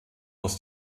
aus